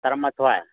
ꯇꯔꯥꯃꯥꯊꯣꯏ